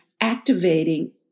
activating